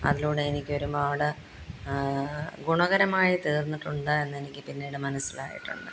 അതിലൂടെ എനിക്ക് ഒരുപാട് ഗുണകരമായി തീർന്നിട്ടുണ്ട് എന്ന് എനിക്ക് പിന്നീട് മനസ്സിലായിട്ടുണ്ട്